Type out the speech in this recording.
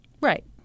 Right